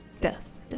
Death